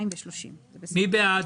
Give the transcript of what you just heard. מי בעד?